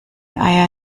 eier